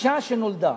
אשה שנולדה